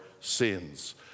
sins